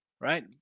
right